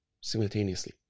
simultaneously